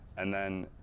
and then